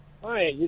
Hi